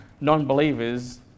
non-believers